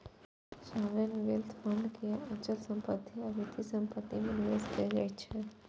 sovereign wealth fund के अचल संपत्ति आ वित्तीय परिसंपत्ति मे निवेश कैल जाइ छै